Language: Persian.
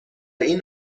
این